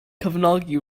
cefnogi